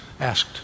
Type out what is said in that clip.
asked